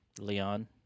leon